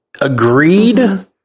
Agreed